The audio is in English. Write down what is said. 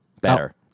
Better